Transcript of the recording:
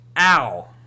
Ow